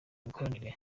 mikoranire